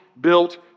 built